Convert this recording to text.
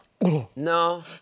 No